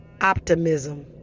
optimism